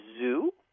zoo